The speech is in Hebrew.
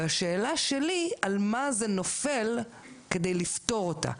השאלה שלי היא על מה זה נופל כדי לפתור אותה.